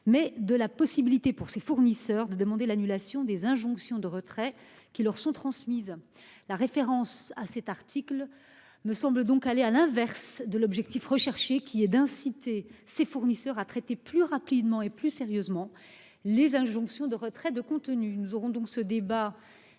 mais de la possibilité pour ces fournisseurs de demander l'annulation des injonctions de retrait qui leur sont transmises. La référence à cet article me semble donc aller à l'inverse de votre objectif, mon cher collègue, qui est d'inciter ces fournisseurs à traiter plus rapidement et plus sérieusement les injonctions de retrait de contenus. Nous aurons d'ailleurs ce débat